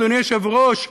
אדוני היושב-ראש,